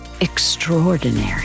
extraordinary